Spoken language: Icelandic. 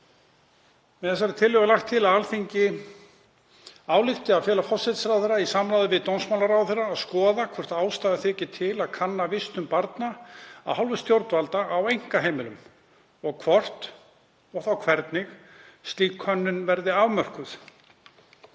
Með þessari tillögu er lagt til að Alþingi álykti að fela forsætisráðherra, í samráði við dómsmálaráðherra, að skoða hvort ástæða þyki til að kanna vistun barna af hálfu stjórnvalda á einkaheimilum og hvort og þá hvernig slík könnun verði afmörkuð.